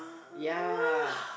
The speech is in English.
yeah